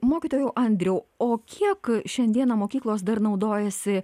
mokytojau andriau o kiek šiandieną mokyklos dar naudojasi